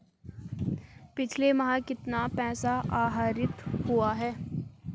पिछले माह कितना पैसा आहरित हुआ है?